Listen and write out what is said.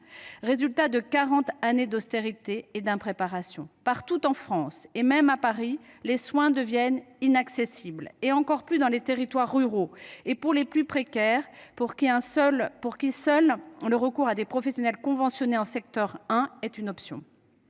résultat de quarante années d’austérité et d’impréparation. Partout en France, même à Paris, les soins deviennent inaccessibles. Ils le sont encore plus dans les territoires ruraux et pour les plus précaires, eux pour qui seul le recours à des professionnels conventionnés en secteur 1 est une option.